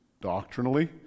doctrinally